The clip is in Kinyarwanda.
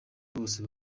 bose